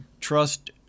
trust